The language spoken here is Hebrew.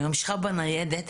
היא ממשיכה בניידת,